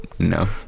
No